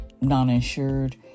non-insured